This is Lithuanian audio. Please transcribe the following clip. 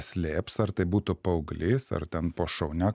slėps ar tai būtų paauglys ar ten po šaunia